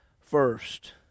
first